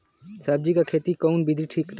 सब्जी क खेती कऊन विधि ठीक रही?